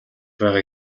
байгаа